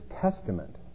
testament